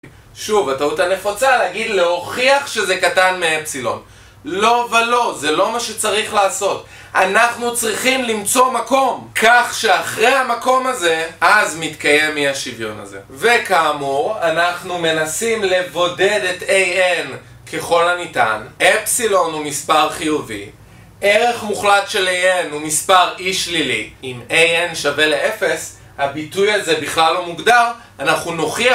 שוב, הטעות הנפוצה להגיד, להוכיח שזה קטן מאפסילון לא ולא, זה לא מה שצריך לעשות אנחנו צריכים למצוא מקום כך שאחרי המקום הזה אז מתקיים אי השוויון הזה וכאמור, אנחנו מנסים לבודד את a n ככל הניתן אפסילון הוא מספר חיובי ערך מוחלט של a n הוא מספר אי שלילי אם a n שווה לאפס, הביטוי הזה בכלל לא מוגדר אנחנו נוכיח